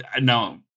No